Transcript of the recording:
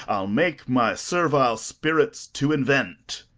i'll make my servile spirits to invent.